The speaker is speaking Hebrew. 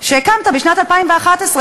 שהקמת בשנת 2011,